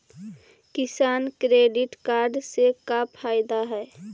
किसान credit card से का फायदा है?